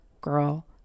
girl